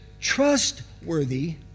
trustworthy